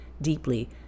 deeply